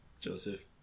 Joseph